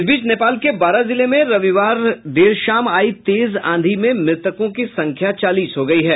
इस बीच नेपाल के बारा जिले में रविवार देर शाम आई तेज आंधी में मृतकों की संख्या चालीस हो गयी है